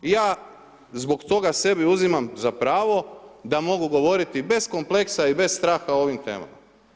I ja zbog toga sebi uzimam za pravo da mogu govoriti bez kompleksa i bez straha o ovim temama.